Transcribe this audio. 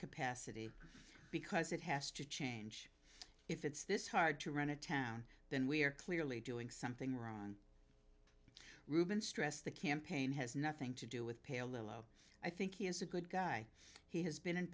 capacity because it has to change if it's this hard to run a town then we are clearly doing something wrong ruben stress the campaign has nothing to do with pale low i think he is a good guy he has been in